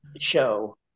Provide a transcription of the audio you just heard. show